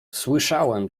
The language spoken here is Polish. słyszałem